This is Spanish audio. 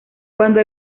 cuando